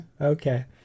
Okay